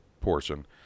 portion